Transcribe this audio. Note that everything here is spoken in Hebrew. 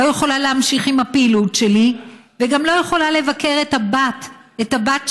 לא יכולה להמשיך עם הפעילות שלי וגם לא יכולה לבקר את הבת שלי,